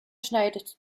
schneidet